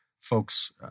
folks